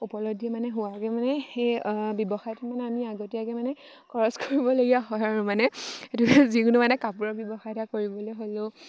উপলব্ধি মানে হোৱাকৈ মানে সেই ব্যৱসায়টো মানে আমি আগতীয়াকৈ মানে খৰচ কৰিবলগীয়া হয় আৰু মানে সেইটো যিকোনো মানে কাপোৰৰ ব্যৱসায় এটা কৰিবলৈ হ'লেও